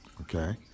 okay